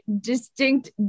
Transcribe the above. distinct